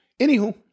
Anywho